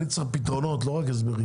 אני צריך פתרונות, לא רק הסברים.